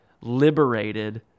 liberated